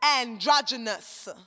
androgynous